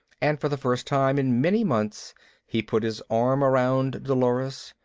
and for the first time in many months he put his arm around dolores.